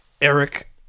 Eric